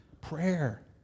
Prayer